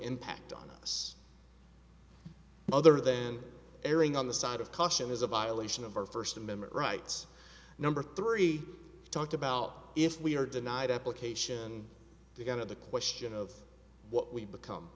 impact on us other than erring on the side of caution is a violation of our first amendment rights number three talked about if we are denied application to get at the question of what we become